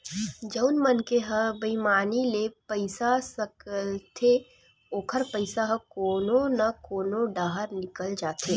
जउन मनखे ह बईमानी ले पइसा सकलथे ओखर पइसा ह कोनो न कोनो डाहर निकल जाथे